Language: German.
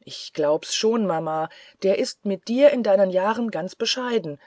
ich glaub's schon mama der ist mit dir in deinen jahren ganz bescheiden